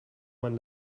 man